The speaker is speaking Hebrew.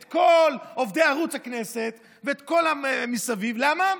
את כל עובדי ערוץ הכנסת ואת כל המסביב, למה?